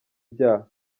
byaha